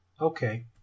Okay